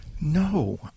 no